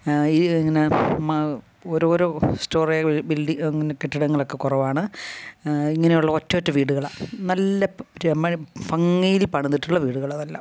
ഈ ഇങ്ങനെ ഓരോരോ ബിൽഡിങ് ഇങ്ങനെ കെട്ടിടങ്ങളൊക്കെ കുറവാണ് ഇങ്ങനെയുള്ള ഒറ്റ ഒറ്റ വീടുകളാണ് നല്ല ഭംഗിയിൽ പണിതിട്ടുള്ള വീടുകളാണ് അതെല്ലാം